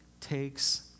takes